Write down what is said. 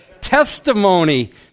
testimony